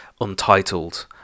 untitled